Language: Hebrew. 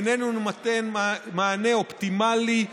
איננו נותן מענה אופטימלי.